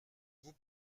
vous